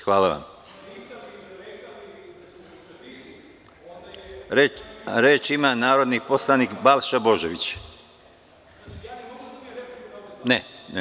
Hvala vam Reč ima narodni poslanik Balša Božović [[Jovan Marković, s mesta: Ja ne mogu da dobijem repliku na ovo izlaganje?]] Ne.